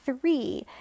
three